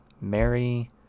Mary